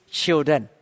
children